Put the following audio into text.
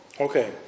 okay